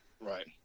Right